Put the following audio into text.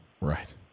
Right